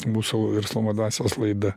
mūsų verslumo dvasios laida